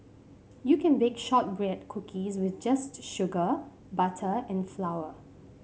you can bake shortbread cookies with just sugar butter and flour